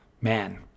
man